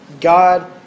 God